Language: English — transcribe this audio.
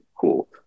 cool